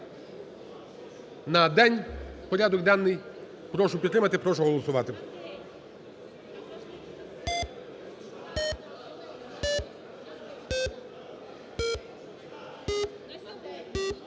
на день порядок денний. Прошу підтримати, прошу голосувати.